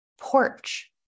porch